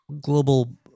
global